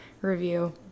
review